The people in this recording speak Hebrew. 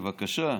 בבקשה.